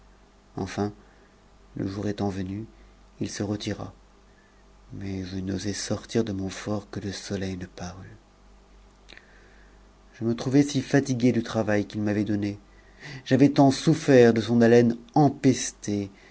enfin le jour étant venu il se retira mais je n'osai sortir de mon fort que soleil ne parût je me trouvai si fatigué du travail qu'il m'avait donné j'avais tsnt souffert de son haleine empestée